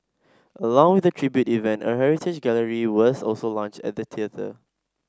along with the tribute event a heritage gallery was also launched at the theatre